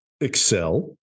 Excel